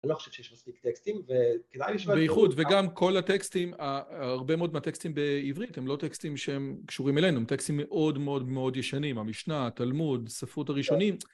אני לא חושב שיש מספיק טקסטים, וכדאי לשמור על ייחוד. וגם כל הטקסטים, הרבה מאוד מהטקסטים בעברית, הם לא טקסטים שהם קשורים אלינו, הם טקסטים מאוד מאוד מאוד ישנים. המשנה, התלמוד, ספרות הראשונים.